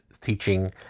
teaching